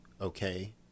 Okay